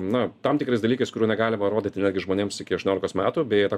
na tam tikrais dalykais kurių negalima rodyti netgi žmonėms iki aštuoniolikos metų beje į tą